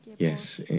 Yes